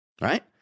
right